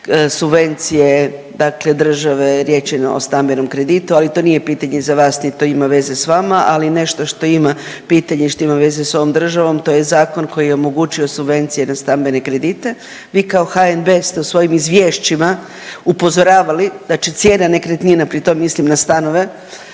subvencije države, riječ je o stambenom kreditu, ali to nije pitanje za vas nit to ima veze s vama, ali nešto što ima pitanje što ima veze s ovom državom to je zakon koji omogućio subvencije na stambene kredite. Vi kao HNB ste u svojim izvješćima upozoravali da će cijena nekretnina, pri tom mislim na stanove,